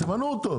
תמנו אותו,